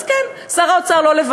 אז כן, שר האוצר לא לבד.